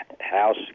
house